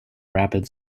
rapid